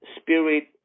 spirit